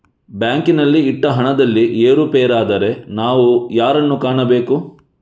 ಬ್ಯಾಂಕಿನಲ್ಲಿ ಇಟ್ಟ ಹಣದಲ್ಲಿ ಏರುಪೇರಾದರೆ ನಾವು ಯಾರನ್ನು ಕಾಣಬೇಕು?